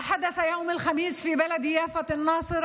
(אומרת דברים בשפה הערבית,